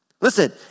Listen